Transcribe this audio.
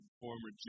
former